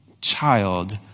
child